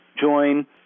Join